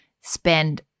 spend